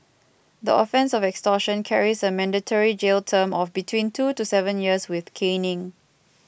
the offence of extortion carries a mandatory jail term of between two to seven years with caning